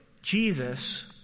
Jesus